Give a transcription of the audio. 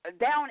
Down